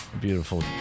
Beautiful